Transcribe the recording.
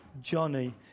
Johnny